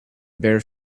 bare